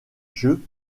jeux